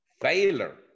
failure